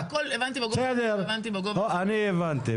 הבנתי הכול --- אני הבנתי,